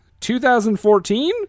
2014